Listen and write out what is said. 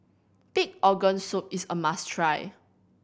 pig organ soup is a must try